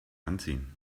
anziehen